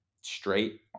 straight